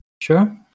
sure